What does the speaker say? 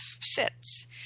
sits